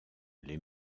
les